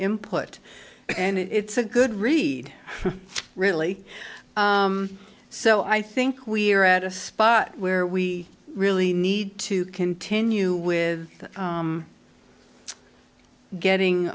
input and it's a good read really so i think we're at a spot where we really need to continue with getting